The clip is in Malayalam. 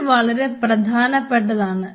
ഇത് വളരെ പ്രധാനപ്പെട്ടതാണ്